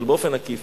אבל באופן עקיף,